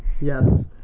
yes